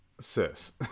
sis